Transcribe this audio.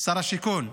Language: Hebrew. שר השיכון,